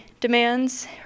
demands